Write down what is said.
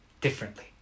differently